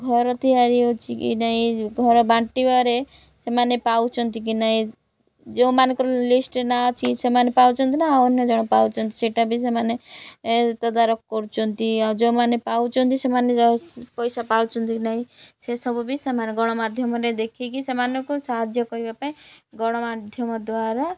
ଘର ତିଆରି ହଉଛି କି ନାହିଁ ଘର ବାଣ୍ଟିବାରେ ସେମାନେ ପାଉଛନ୍ତି କି ନାହିଁ ଯେଉଁମାନଙ୍କର ଲିଷ୍ଟ ନାଁ ଅଛି ସେମାନେ ପାଉଛନ୍ତି ନା ଆଉ ଅନ୍ୟଜଣ ପାଉଛନ୍ତି ସେଇଟା ବି ସେମାନେ ତଦାରଖ କରୁଛନ୍ତି ଆଉ ଯେଉଁମାନେ ପାଉଛନ୍ତି ସେମାନେ ପଇସା ପାଉଛନ୍ତି କି ନାହିଁ ସେସବୁ ବି ସେମାନେ ଗଣମାଧ୍ୟମରେ ଦେଖିକି ସେମାନଙ୍କୁ ସାହାଯ୍ୟ କରିବା ପାଇଁ ଗଣମାଧ୍ୟମ ଦ୍ୱାରା